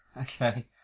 Okay